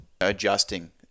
adjusting